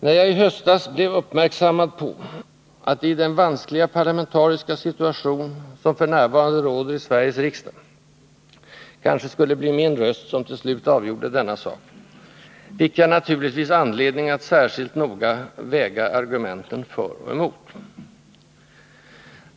När jag i höstas blev uppmärksammad på att det i den vanskliga parlamentariska situation som f. n. råder i Sveriges riksdag, kanske skulle bli min röst, som till slut avgjorde denna sak, fick jag naturligtvis anledning att särskilt noga väga argumenten för och emot.